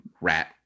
rat